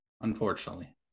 Unfortunately